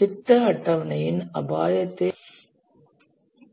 திட்ட அட்டவணையின் அபாயத்தை அறிந்து கொள்ள வேண்டும்